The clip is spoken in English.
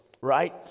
right